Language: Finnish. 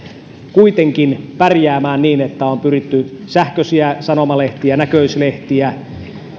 kuitenkin pärjäämään niin että on pyritty sähköisiä sanomalehtiä näköislehtiä